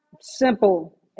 Simple